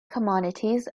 commodities